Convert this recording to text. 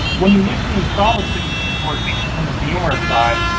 when you initially install the sift workstation from the vmware side,